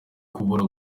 kubura